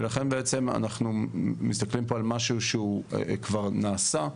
ולכן אנחנו מסתכלים פה על משהו שכבר נעשה,